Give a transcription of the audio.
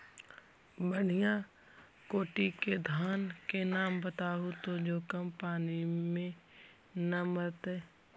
बढ़िया कोटि के धान के नाम बताहु जो कम पानी में न मरतइ?